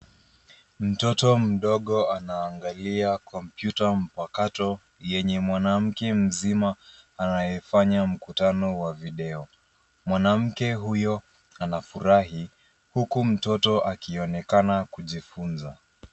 Mtoto mdogo anaangalia kompyuta mpakato yenye mwanamke mzima anayefanya mkutano wa video. Mwanamke huyo anafurahi huku mtoto akionekana kujifunza.